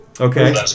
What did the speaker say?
Okay